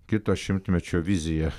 kito šimtmečio vizija